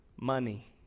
money